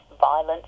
violence